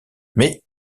mais